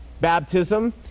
baptism